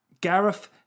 Gareth